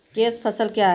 Cash फसल क्या हैं?